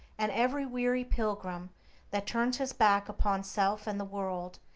and every weary pilgrim that turns his back upon self and the world,